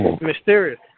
mysterious